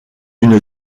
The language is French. une